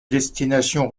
destination